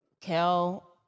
Kel